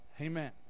amen